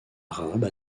arabe